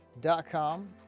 Dot.com